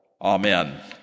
Amen